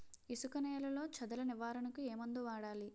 ఇసుక నేలలో చదల నివారణకు ఏ మందు వాడాలి?